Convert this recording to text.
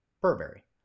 Burberry